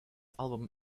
album